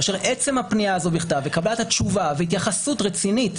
כאשר עצם הפנייה הזאת בכתב וקבלת התשובה והתייחסות רצינית